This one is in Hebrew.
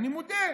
אני מודה,